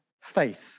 faith